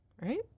Right